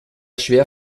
schwer